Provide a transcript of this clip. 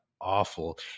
awful